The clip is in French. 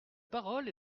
parole